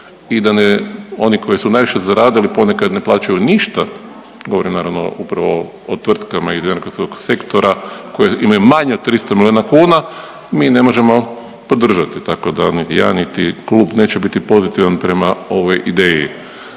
i da oni koji su najviše zaradili ponekad ne plaćaju ništa govorim naravno upravo o tvrtkama iz energetskog sektora koje imaju manje od 300 milijuna kuna mi ne možemo podržati. Tako da ni ja, niti klub neće biti pozitivan prema ovoj ideji.